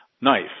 knife